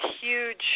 huge